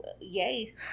Yay